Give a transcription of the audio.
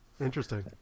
Interesting